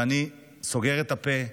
ואני סוגר את הפה.